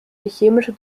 chemische